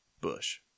Bush